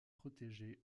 protégée